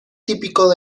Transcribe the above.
típico